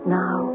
now